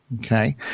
Okay